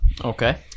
Okay